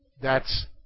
thats